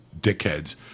dickheads